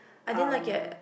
I didn't like it